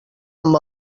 amb